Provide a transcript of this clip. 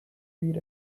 read